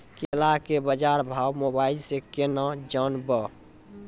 केला के बाजार भाव मोबाइल से के ना जान ब?